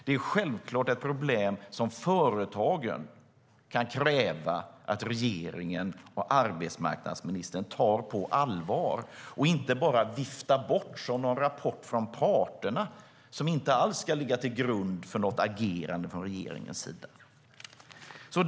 Det är självklart ett problem som företagen kan kräva att regeringen och arbetsmarknadsministern tar på allvar och inte bara viftar bort som någon rapport från parterna som inte alls ska ligga till grund för något agerande från regeringens sida.